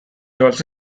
also